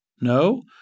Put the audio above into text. No